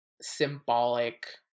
symbolic